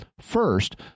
First